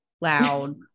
loud